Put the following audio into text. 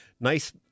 nice